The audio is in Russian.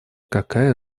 какая